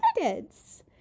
evidence